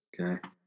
Okay